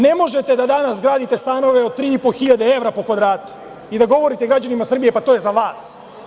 Ne možete da danas gradite stanove od 3.500 evra po kvadratu i da govorite građanima Srbije – pa, to je za vas.